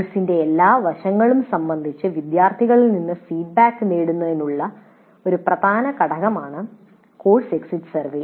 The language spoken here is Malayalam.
കോഴ്സിന്റെ എല്ലാ വശങ്ങളും സംബന്ധിച്ച് വിദ്യാർത്ഥികളിൽ നിന്ന് ഫീഡ്ബാക്ക് നേടുന്നതിനുള്ള ഒരു പ്രധാന ഘടകമാണ് കോഴ്സ് എക്സിറ്റ് സർവേ